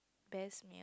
best